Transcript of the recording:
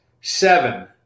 seven